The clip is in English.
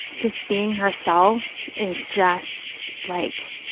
just being herself is just like